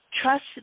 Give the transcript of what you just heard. trust